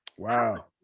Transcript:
Wow